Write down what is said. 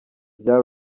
bya